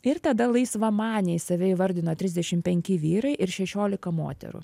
ir tada laisvamaniais save įvardino trisdešim penki vyrai ir šešiolika moterų